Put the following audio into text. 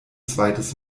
zweites